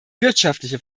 wirtschaftliche